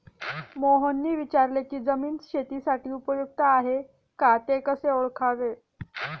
मोहनने विचारले की जमीन शेतीसाठी उपयुक्त आहे का ते कसे ओळखायचे?